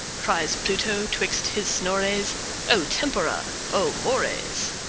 cries pluto, twixt his snores o tempora! o mores!